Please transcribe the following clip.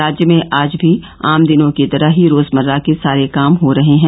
राज्य में आज भी आम दिनों की तरह ही रोजमर्रा के सारे काम हो रहे हैं